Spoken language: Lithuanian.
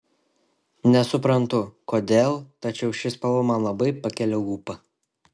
nesuprantu kodėl tačiau ši spalva man labai pakelia ūpą